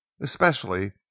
especially